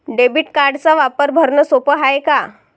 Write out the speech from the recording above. Debit कार्डचा वापर भरनं सोप हाय का?